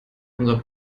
unser